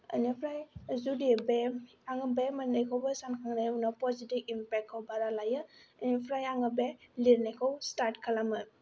बेनिफ्राय जुदि बे आङो बे मोननैखौबो सानखांनायनि उनाव पजिटिभ इम्पेक्टखौ बारा लायो बेनिफ्राय आङो बे लिरनायखौ स्टार्ट खालामो